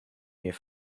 here